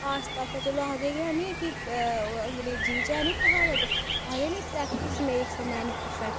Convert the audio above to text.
आस्ता आस्ता चलो आक्खदे गै ऐ निं कि अंग्रेजी बिच्च है निं क्हाबत आखदे निं practice makes a man perfect